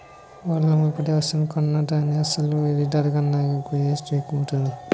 ఓలమ్మో ఇప్పుడేవస్తువు కొన్నా దాని అసలు ధర కన్నా జీఎస్టీ నే ఎక్కువైపోనాది